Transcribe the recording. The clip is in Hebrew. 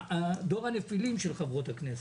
דור הנפילים של חברות הכנסת,